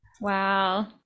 Wow